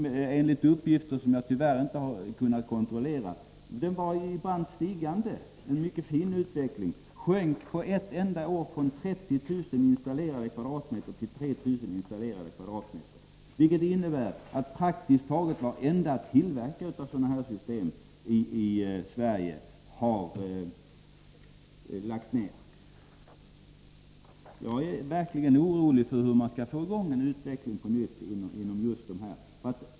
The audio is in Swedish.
Enligt uppgifter som jag tyvärr inte har kunnat kontrollera, var det en brant stigande och mycket fin utveckling. Men utvecklingen gick tillbaka — från 30 000 till 3 000 installerade kvadratmeter på ett enda år. Det innebär att praktiskt taget varenda tillverkare av sådana här system i Sverige har lagt ner. Jag är verkligen orolig för hur man skall få i gång en utveckling på nytt inom just detta område.